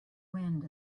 wind